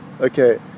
okay